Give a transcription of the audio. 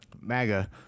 MAGA